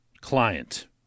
client